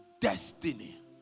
destiny